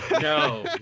No